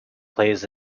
plays